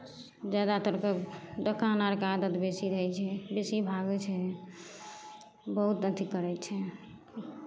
ज्यादातरकेँ दोकान आरके आदत बेसी रहै छै बेसी भागै छै बहुत अथी करै छै